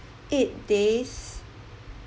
eight days